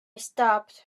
stopped